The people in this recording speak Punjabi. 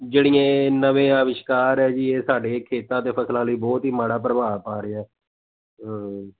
ਜਿਹੜੀਆਂ ਇਹ ਨਵੇਂ ਅਵਿਸ਼ਕਾਰ ਹੈ ਜੀ ਇਹ ਸਾਡੇ ਖੇਤਾਂ ਅਤੇ ਫ਼ਸਲਾਂ ਲਈ ਬਹੁਤ ਹੀ ਮਾੜਾ ਪ੍ਰਭਾਵ ਪਾ ਰਿਹਾ ਹਾਂ